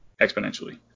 exponentially